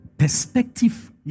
perspective